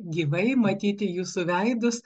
gyvai matyti jūsų veidus